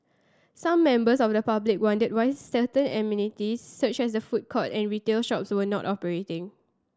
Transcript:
some members of the public wondered why certain amenities such as a food court and retail shops were not operating